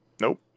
Nope